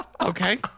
okay